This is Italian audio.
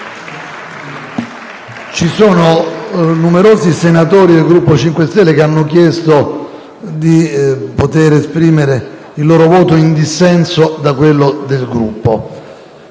vi sono numerosi senatori del Gruppo Movimento 5 Stelle che hanno chiesto di poter esprimere il proprio voto in dissenso da quello del Gruppo.